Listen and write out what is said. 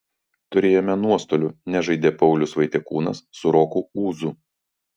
turėjome nuostolių nežaidė paulius vaitiekūnas su roku ūzu